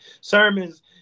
sermons